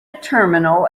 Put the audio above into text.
terminal